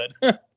good